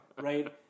right